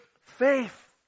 faith